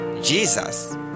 Jesus